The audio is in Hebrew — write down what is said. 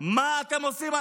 מה אתם עושים?